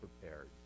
prepared